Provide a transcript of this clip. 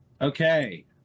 Okay